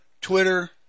Twitter